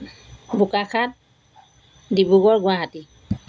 Bokakhat Dibrugarh Guwahati